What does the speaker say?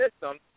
system